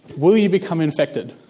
will you become infected?